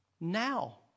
now